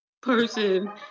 person